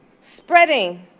spreading